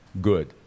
good